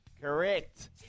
Correct